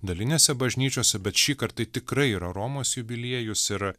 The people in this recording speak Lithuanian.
dalinėse bažnyčiose bet šįkart tai tikrai yra romos jubiliejus ir